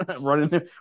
Running